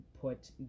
put